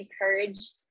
encouraged